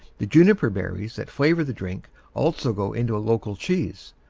the juniper berries that flavor the drink also go into a local cheese,